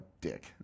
dick